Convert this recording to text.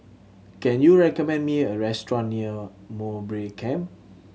can you recommend me a restaurant near Mowbray Camp